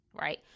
right